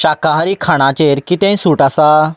शाकाहारी खाणांचेर कितेंय सूट आसा